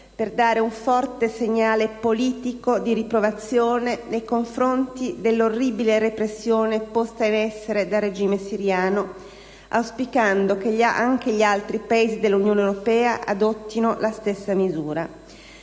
per dare un forte segnale politico di riprovazione nei confronti dell'orribile repressione posta in essere dal regime siriano, auspicando che anche gli altri Paesi dell'Unione europea adottino la stessa misura.